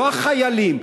לא החיילים.